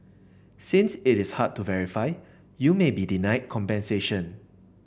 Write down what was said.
since it is hard to verify you may be denied compensation